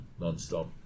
nonstop